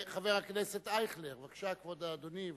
חבר הכנסת אייכלר, בבקשה, אדוני.